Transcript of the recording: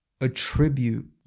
attribute